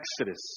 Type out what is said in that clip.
Exodus